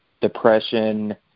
depression